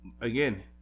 again